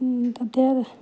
তাতে আৰু